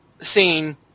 scene